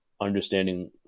understanding